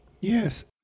Yes